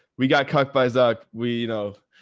we got cucked by zuch. we, you know,